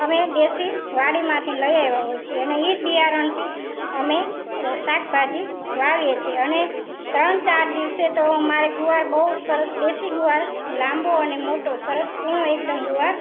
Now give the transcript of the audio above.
અમે દેશી વાડીમાંથી લઈ આવ્યાં છીએ ને એ જ બિયારણથી અમે શાકભાજી વાવીએ છીએ અને ત્રણ ચાર દિવસે તો અમારે ગુવાર બહું સરસ દેશી ગુવાર લાંબો અને મોટો સરસ કૂણો એકદમ ગુવાર